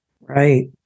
right